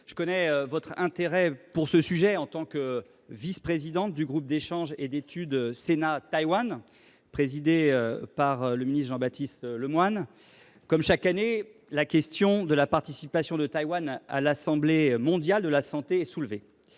je connais votre intérêt pour le sujet, vous qui êtes vice présidente du groupe d’échanges et d’études Sénat Taïwan, présidé par Jean Baptiste Lemoyne. Comme chaque année, la question de la participation de Taïwan à l’Assemblée mondiale de la santé est soulevée.